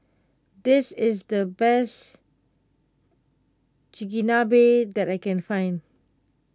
this is the best Chigenabe that I can find